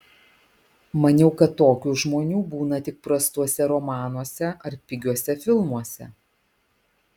maniau kad tokių žmonių būna tik prastuose romanuose ar pigiuose filmuose